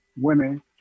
women